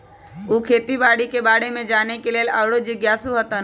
उ खेती बाड़ी के बारे में जाने के लेल आउरो जिज्ञासु हतन